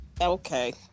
Okay